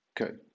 okay